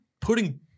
putting